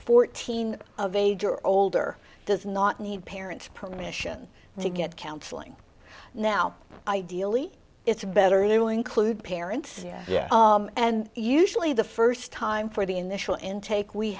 fourteen of age or older does not need parents permission to get counseling now ideally it's better you include parents yeah and usually the first time for the initial intake we